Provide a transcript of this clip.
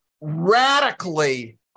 radically